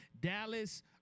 Dallas